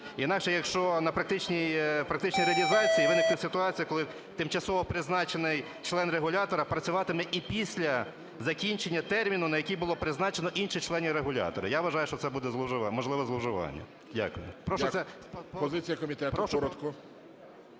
Інакше, якщо в практичній реалізації виникне ситуація, коли тимчасово призначений член регулятора працюватиме і після закінчення терміну, на який було призначено інших членів регулятора. Я вважаю, що це буде можливе зловживання. Дякую. ГОЛОВУЮЧИЙ. Позиція комітету,